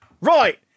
right